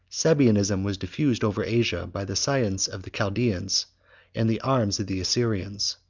sabianism was diffused over asia by the science of the chaldaeans and the arms of the assyrians.